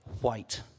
white